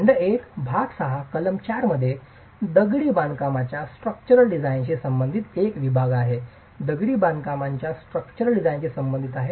खंड 1 भाग 6 कलम 4 मध्ये दगडी बांधकामाच्या स्ट्रक्चरल डिझाइनशी संबंधित एक विभाग आहे दगडी बांधकामाच्या स्ट्रक्चरल डिझाइनशी संबंधित आहे